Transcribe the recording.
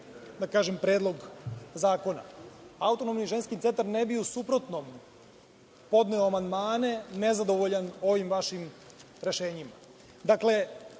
da kažem, predlog zakona. Autonomni ženski centar ne bi u suprotnom podneo amandmane, nezadovoljan ovim vašim rešenjima. Dakle,